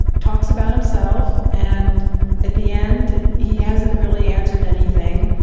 talks about himself. and at the end he hasn't really answered anything,